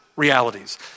realities